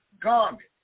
garment